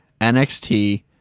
NXT